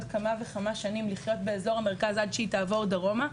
כמה וכמה שנים לחיות באזור המרכז עד שתעבור דרומה,